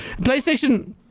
PlayStation